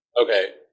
okay